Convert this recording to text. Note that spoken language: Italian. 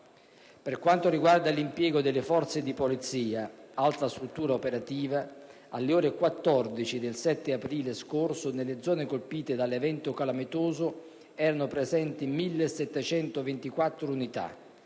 Per quanto riguarda l'impiego delle Forze di polizia, altra struttura operativa, alle ore 14 del 7 aprile scorso nelle zone colpite dall'evento calamitoso, erano presenti 1.724 unità,